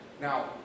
Now